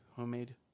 homemade